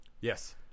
Yes